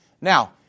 Now